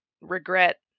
regret